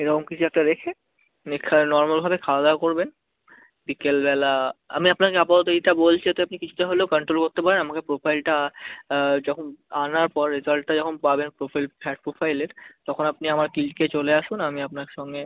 এরম কিছু একটা রেখে নরমালভাবে খাওয়া দাওয়া করবেন বিকেলবেলা আমি আপনাকে আপাতত এইটা বলছি যাতে আপনি কিছুটা হলেও কন্ট্রোল করতে পারেন আমাকে প্রোফাইলটা যখন আনার পর রেজাল্টটা যখন পাবেন প্রোফাইল ফ্যাট প্রোফাইলের তখন আপনি আমাকে ক্লিনিকে চলে আসুন আমি আপনার সঙ্গে